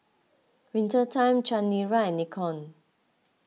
Winter Time Chanira and Nikon